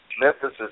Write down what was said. Memphis